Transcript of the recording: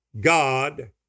God